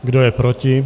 Kdo je proti?